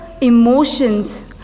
emotions